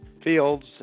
Fields